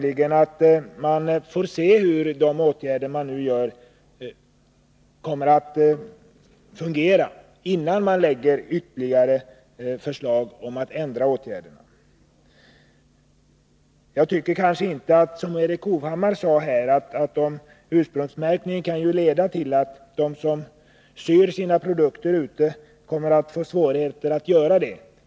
Innan man föreslår ändringar av de åtgärder som nu beslutas, får man avvakta och se hur de kommer att fungera. Erik Hovhammar påstod att ursprungsmärkningen kan leda till att de företag som syr sina produkter utomlands får svårigheter att fortsätta med detta.